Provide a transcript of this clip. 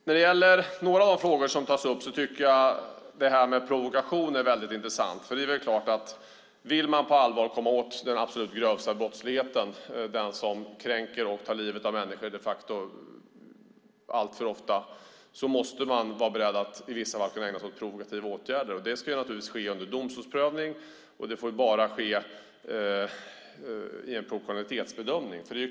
När det gäller några av de frågor som tas upp tycker jag att frågan om provokation är intressant. Om man på allvar vill komma åt den absolut grövsta brottsligheten - den som de facto kränker och tar livet av människor - måste man vara beredd att i vissa fall kunna ägna sig åt provokativa åtgärder. Det ska naturligtvis ske under domstolsprövning, och det får bara ske i en proportionalitetsbedömning.